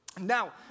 Now